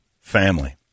family